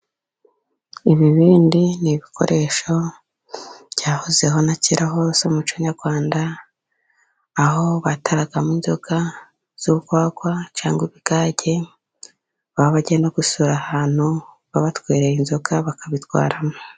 Ibibindi ni ibikoresho, byahozeho na kera mumuco nyarwanda, aho bataramo inzoga zo rwagwa cyangwa ibigage, baba bajyiye no gusura ahantu, babatwewereye inzoga bakabitwaramo.